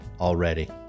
already